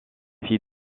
fit